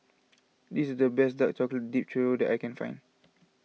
this is the best Dark Chocolate Dipped Churro that I can find